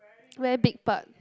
very big part